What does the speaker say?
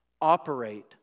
operate